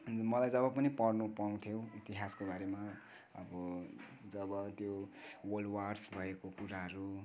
अनि मलाई जब पनि पढ्न पाउँथे इतिहासको बारेमा अब जब त्यो वर्ल्ड वार्स भएको कुराहरू